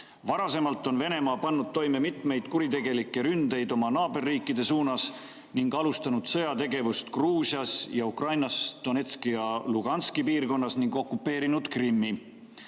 Varasemalt on Venemaa pannud toime mitmeid kuritegelikke ründeid oma naaberriikide suunas ning alustanud sõjategevust Gruusias ja Ukrainas Donetski ja Luhanski piirkonnas ning okupeerinud Krimmi.